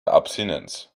abstinenz